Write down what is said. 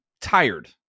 tired